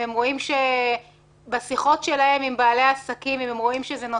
אם בשיחות שלהם עם בעלי העסקים הם רואים שהתוכנית הכלכלית